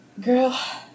Girl